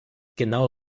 genau